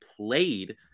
played